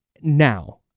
Now